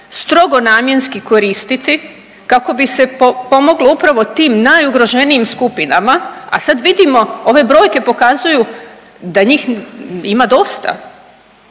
strogo namjenski koristiti kako bi se pomoglo upravo tim najugroženijim skupinama, a sad vidimo, ove brojke pokazuju da njih ima dosta.